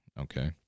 Okay